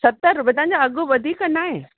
सतर रुपए तव्हांजा अघु वधीक नाहे